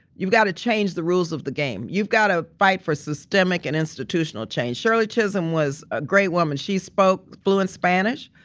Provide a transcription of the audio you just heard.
you've got to change the rules of the game. you've got to fight for systemic and institutional change. shirley chisholm was a great woman. she spoke fluent spanish,